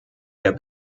der